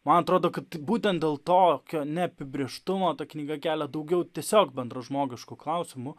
man atrodo kad tai būtent dėl tokio neapibrėžtumo ta knyga kelia daugiau tiesiog bendražmogiškų klausimų